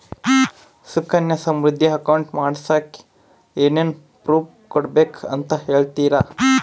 Sukanya Samriddhi account ಮಾಡಿಸೋಕೆ ಏನೇನು proof ಕೊಡಬೇಕು ಅಂತ ಹೇಳ್ತೇರಾ?